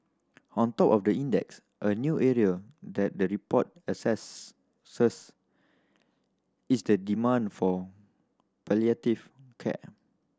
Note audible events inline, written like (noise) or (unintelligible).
on top of the index a new area that the report assess (unintelligible) is the demand for palliative care